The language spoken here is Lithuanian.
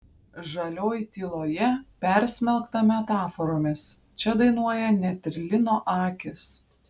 žalioj tyloje persmelkta metaforomis čia dainuoja net ir lino akys